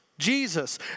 Jesus